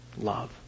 love